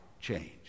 change